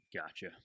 Gotcha